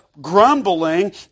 grumbling